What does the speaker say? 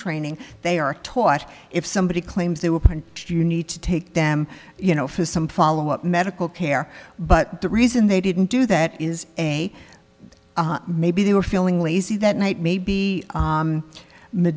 training they are taught if somebody claims they were you need to take them you know for some follow up medical care but the reason they didn't do that is a maybe they were feeling lazy that night maybe